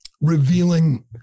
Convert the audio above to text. revealing